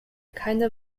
keine